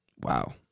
Wow